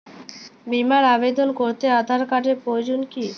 বিমার আবেদন করতে আধার কার্ডের প্রয়োজন কি?